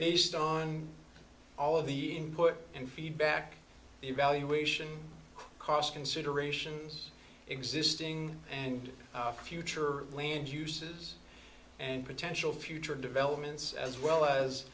based on all of the input and feedback evaluation cost considerations existing and future plans uses and potential future developments as well as